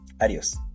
adios